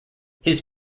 his